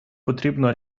потрібно